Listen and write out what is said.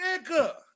Nigga